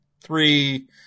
three